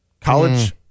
college